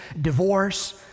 divorce